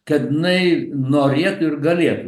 kad jinai norėtų ir galėtų